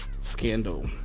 scandal